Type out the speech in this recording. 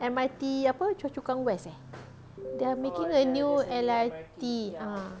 M_R_T apa choa chu kang west eh they're making a new L_R_T ah